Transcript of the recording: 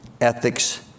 ethics